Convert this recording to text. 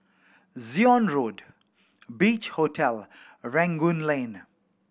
Zion Road Beach Hotel and Rangoon Lane